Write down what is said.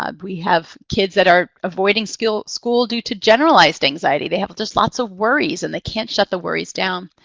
ah we have kids that are avoiding skill school due to generalized anxiety. they have just lots of worries and they can't shut the worries down.